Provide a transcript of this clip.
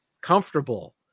comfortable